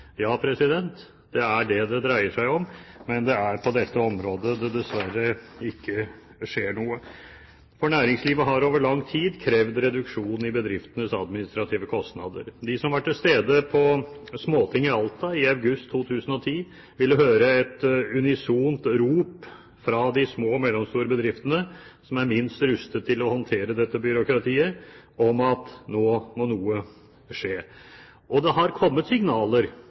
Ja, det er det det dreier seg om, men det er på dette området det dessverre ikke skjer noe. For næringslivet har over lang tid krevd reduksjon i bedriftenes administrative kostnader. De som var til stede på Småtinget i Alta i august 2010, ville ha hørt et unisont rop fra de små og mellomstore bedriftene, som er minst rustet til å håndtere dette byråkratiet, om at nå må noe skje. Og det har kommet signaler